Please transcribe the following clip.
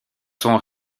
son